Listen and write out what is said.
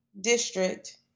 district